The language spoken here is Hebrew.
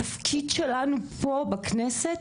התפקיד שלנו פה בכנסת,